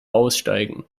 aussteigen